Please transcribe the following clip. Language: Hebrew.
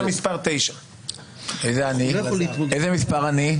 אתה מספר 9. איזה מספר אני?